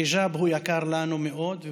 החיג'אב יקר לנו מאוד,